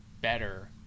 better